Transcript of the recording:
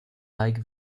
hike